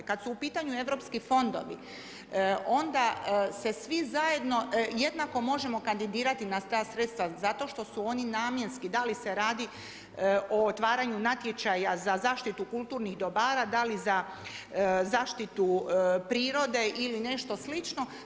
Kada su u pitanju europski fondovi onda se svi zajedno, jednako možemo kandidirati na ta sredstva zato što su oni namjenski, da li se radi o otvaranju natječaja za zaštitu kulturnih dobara, da li za zaštitu prirode ili nešto slično.